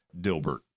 Dilbert